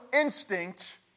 instinct